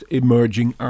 emerging